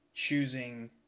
Choosing